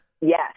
Yes